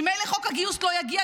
ממילא חוק הגיוס לא יגיע,